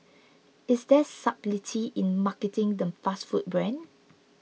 is there subtlety in marketing the fast food brand